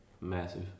Massive